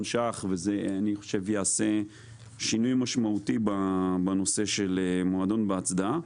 שקלים ואני חושב שזה יעשה שינוי משמעותי בנושא של מועדון בהצדעה.